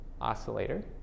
oscillator